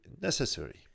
necessary